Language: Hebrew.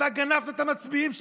אתה גנבת את המצביעים שלך.